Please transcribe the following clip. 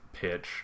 pitch